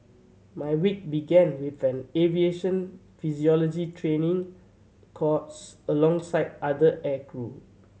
my week began with an aviation physiology training course alongside other aircrew